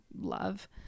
love